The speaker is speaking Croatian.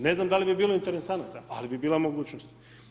Ne znam da li bi bilo interesanata, ali bi bila mogućnost.